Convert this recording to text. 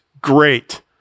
great